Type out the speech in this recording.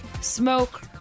smoke